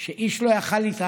שאיש לא היה יכול להתעלם